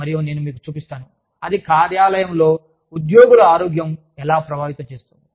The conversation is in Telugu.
మరియు నేను మీకు చూపిస్తాను అది కార్యాలయంలో ఉద్యోగుల ఆరోగ్యం ఎలా ప్రభావితం చేస్తుంది